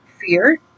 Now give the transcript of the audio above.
fear